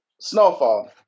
Snowfall